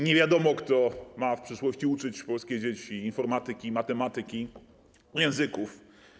Nie wiadomo, kto ma w przyszłości uczyć polskie dzieci informatyki, matematyki, języków.